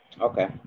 Okay